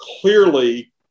clearly